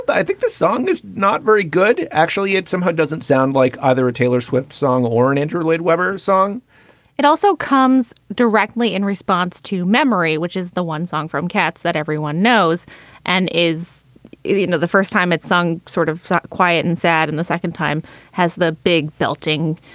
but i think the song is not very good. actually, it somehow doesn't sound like either a taylor swift song or an andrew lloyd webber song it also comes directly in response to memory, which is the one song from cats that everyone knows and is you know the first time it's sung sort of quiet and sad, and the second time has the big belting,